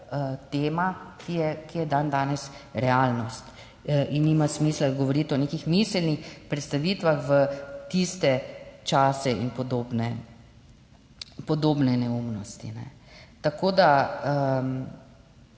tema, ki je dandanes realnost. In nima smisla govoriti o nekih miselnih predstavitvah v tiste čase in podobne, podobne neumnosti. Tako da